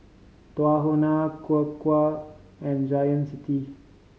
Tahuna and Gain City